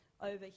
over